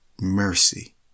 mercy